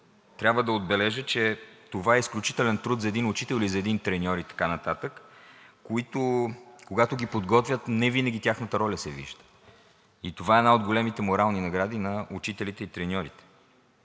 трябва да отбележа, че това е изключителен труд за един учител или за един треньор и така нататък, които, когато ги подготвят, невинаги тяхната роля се вижда, и това е една от големите морални награди на учителите и треньорите.